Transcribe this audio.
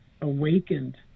awakened